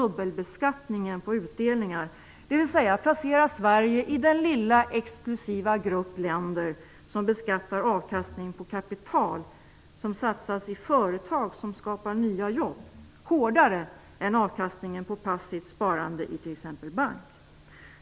Bl.a. vill Sverige i den lilla exklusiva grupp länder som beskattar avkastning på kapital som satsas i företag som skapar nya jobb hårdare än avkastningen på passivt sparande i t.ex. bank.